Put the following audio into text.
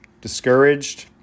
discouraged